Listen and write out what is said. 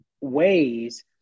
ways